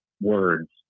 words